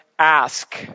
ask